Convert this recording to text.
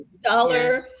dollar